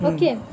Okay